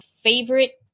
Favorite